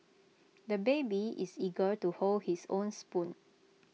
the baby is eager to hold his own spoon